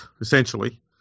essentially